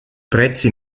prezzi